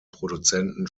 produzenten